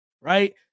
right